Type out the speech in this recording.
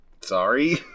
Sorry